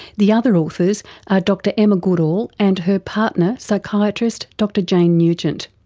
the other authors are dr emma goodall, and her partner, psychiatrist dr jane nugent.